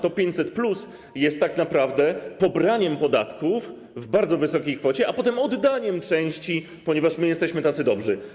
To 500+ jest tak naprawdę pobraniem podatków w bardzo wysokiej kwocie, a potem oddaniem części, ponieważ jesteśmy tacy dobrzy.